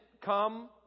come